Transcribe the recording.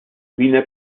wiener